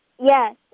yes